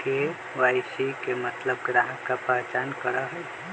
KYC के मतलब ग्राहक का पहचान करहई?